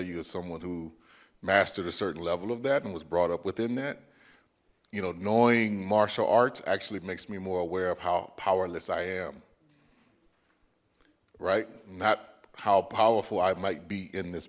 you as someone who mastered a certain level of that and was brought up within that you know knowing martial arts actually makes me more aware of how powerless i am right not how powerful i might be in this